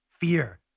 Fear